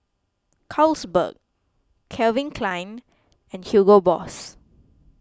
Carlsberg Calvin Klein and Hugo Boss